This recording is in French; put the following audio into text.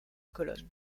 colonnes